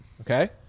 Okay